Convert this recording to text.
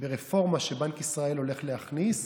ברפורמה שבנק ישראל הולך להכניס